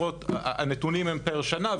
הנתונים הם פר שנה,